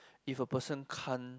if a person can't